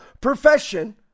profession